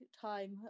time